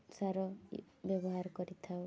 ସାର ବ୍ୟବହାର କରିଥାଉ